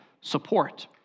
support